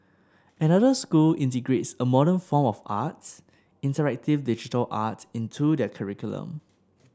another school integrates a modern form of art interactive digital art into their curriculum